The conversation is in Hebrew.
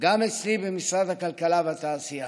גם אצלי במשרד הכלכלה והתעשייה,